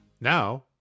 Now